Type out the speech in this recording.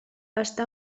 està